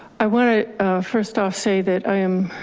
i wanna first off say that i am